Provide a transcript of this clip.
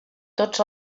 tots